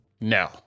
no